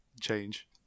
change